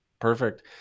Perfect